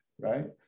right